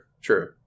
true